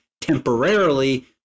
temporarily